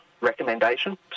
recommendation